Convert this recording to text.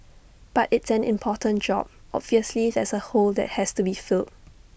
but it's an important job obviously there's A hole that has to be filled